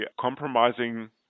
compromising